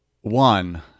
one